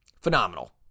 Phenomenal